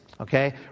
Okay